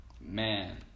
man